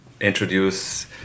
introduce